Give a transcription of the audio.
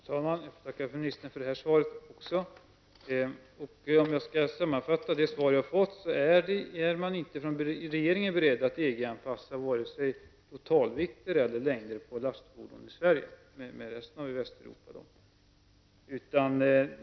Herr talman! Jag tackar ministern för även detta svar. Om jag skall sammanfatta det svar jag har fått, så tolkar jag det så att man i regeringen inte är beredd att EG-anpassa vare sig totalvikter eller längder på lastfordon i Sverige.